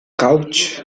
couch